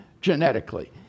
genetically